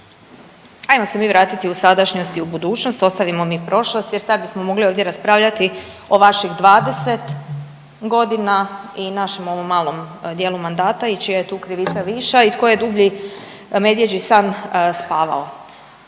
Ajmo se mi vratit u sadašnjost i u budućnost, ostavimo mi prošlost jer sad bismo mogli ovdje raspravljati o vaših 20 godina i našem ovom malom dijelu mandata i čija je tu krivica viša i tko je dublji medvjeđi san spavao.